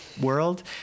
world